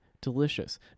delicious